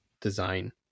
design